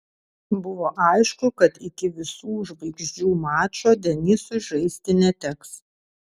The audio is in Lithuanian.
buvo aišku kad iki visų žvaigždžių mačo denisui žaisti neteks